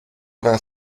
vingt